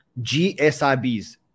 GSIBs